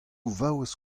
vaouez